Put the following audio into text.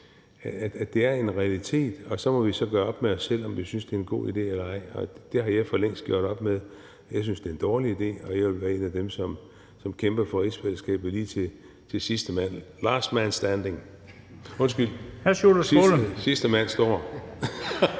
at det er en realitet, og så må vi jo så gøre op med os selv, om vi synes, det er en god idé eller ej. Det har jeg for længst gjort op med mig selv. Jeg synes, det er en dårlig idé, og jeg vil være en af dem, som kæmper for rigsfællesskabet lige til sidste mand. Last man standing! Undskyld, sidste mand står.